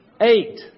Eight